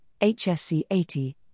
HSC80